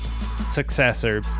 successor